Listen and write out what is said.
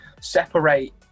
separate